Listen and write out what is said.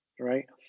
Right